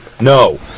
No